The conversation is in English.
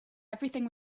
everything